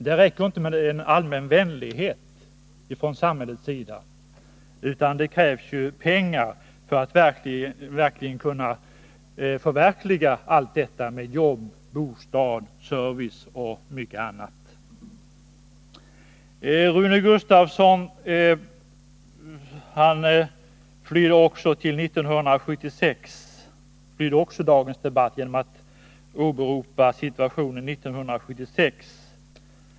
Det räcker inte med en allmän vänlighet från samhällets sida, utan det krävs pengar för att man skall kunna förverkliga detta med jobb, bostad etc. Rune Gustavsson flyr också dagens debatt genom att åberopa situationen 1976.